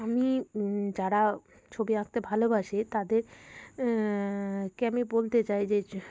আমি যারা ছবি আঁকতে ভালোবাসে তাদের কে আমি বলতে চাই যে